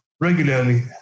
regularly